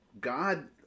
God